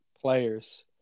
players